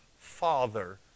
father